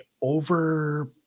over